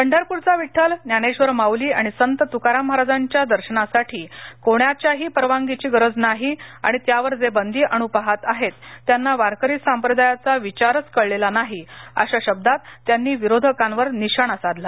पंढरपूरचा विठ्ठल ज्ञानेश्वर माउली आणि संत तुकाराम महाराजांच्या दर्शनासाठी कोणाच्याही परवानगीची गरज नाही आणि त्यावर जे बंदी आणू पाहत आहेत त्यांना वारकरी संप्रदायाचा विचारच कळलेला नाही अशा शब्दात त्यांनी विरोधकांवर निशाणा साधला